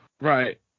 Right